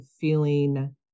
feeling